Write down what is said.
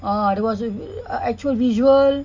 ah there was ac~ actual visual